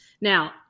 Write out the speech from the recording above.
Now